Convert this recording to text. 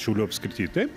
šiaulių apskrity taip